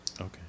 Okay